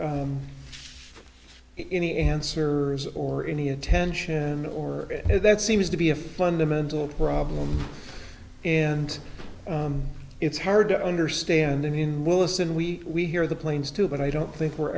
any answers or any attention or that seems to be a fundamental problem and it's hard to understand in willis and we we hear the planes too but i don't think we're